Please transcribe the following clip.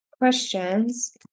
questions